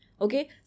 okay